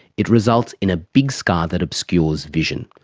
it results in a big scar that obscures vision,